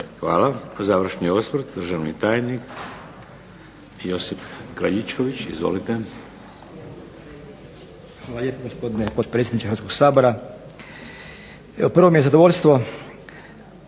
Hvala. Završni osvrt, državni tajnik Josip Kraljičković. Izvolite. **Kraljičković, Josip** Hvala lijepo gospodine potpredsjedniče Hrvatskog sabora. Prvo mi je zadovoljstvo